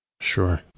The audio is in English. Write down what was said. Sure